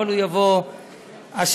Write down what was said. אבל הוא יבוא השבוע.